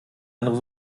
andere